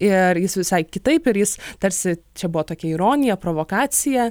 ir jis visai kitaip ir jis tarsi čia buvo tokia ironija provokacija